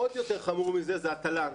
עוד יותר חמור מזה זה התל"ן,